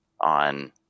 on